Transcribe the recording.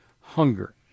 hunger